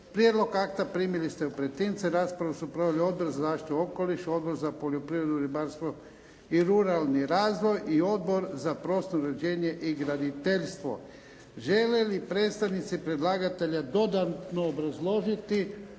Prijedlog akta primili ste u pretince. Raspravu su proveli Odbor za zaštitu okoliša, Odbor za poljoprivredu, ribarstvo i ruralni razvoj i Odbor za prostorno uređenje i graditeljstvo. Žele li predstavnici predlagatelja dodatno obrazložiti?